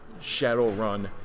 Shadowrun